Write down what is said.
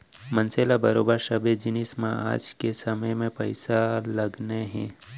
मनसे ल बरोबर सबे जिनिस म आज के समे म पइसा लगने हे